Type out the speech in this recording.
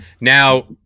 Now